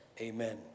Amen